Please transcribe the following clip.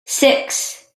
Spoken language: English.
six